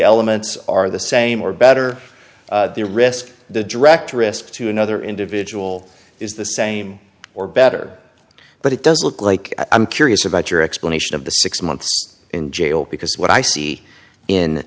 elements are the same or better the risk the direct risk to another individual is the same or better but it does look like i'm curious about your explanation of the six months in jail because what i see in